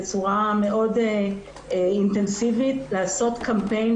בצורה מאוד אינטנסיבית לעשות קמפיין,